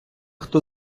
хто